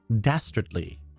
Dastardly